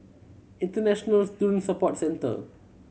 International Student Support Centre